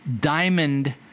diamond